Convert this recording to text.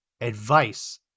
advice